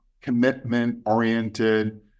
commitment-oriented